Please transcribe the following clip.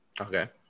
Okay